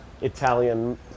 Italian